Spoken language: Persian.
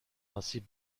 آسیب